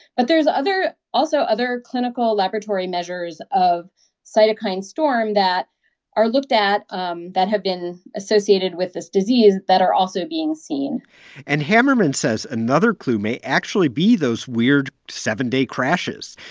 but there's other also other clinical laboratory measures of cytokine storm that are looked at um that have been associated with this disease that are also being seen and hamerman says another clue may actually be those weird seven-day crashes.